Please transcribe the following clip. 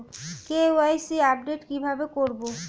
KYC update কি ভাবে করবো?